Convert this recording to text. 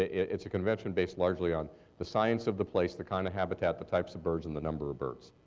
it's a convention based largely on the science of the place, the kind of habitat, the types of birds and the number of birds.